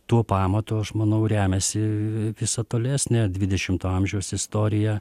tuo pamatu aš manau remiasi visa tolesnė dvidešimto amžiaus istorija